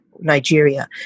Nigeria